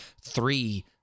three